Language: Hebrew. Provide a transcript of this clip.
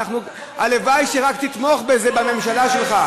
הלוואי שרק תתמוך בזה בממשלה שלך.